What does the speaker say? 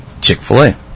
Chick-fil-A